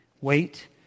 wait